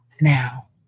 now